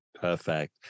Perfect